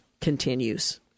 continues